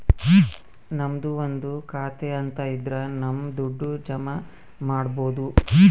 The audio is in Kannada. ನಮ್ದು ಒಂದು ಖಾತೆ ಅಂತ ಇದ್ರ ನಮ್ ದುಡ್ಡು ಜಮ ಮಾಡ್ಬೋದು